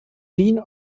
wien